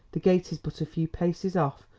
the gate is but a few paces off,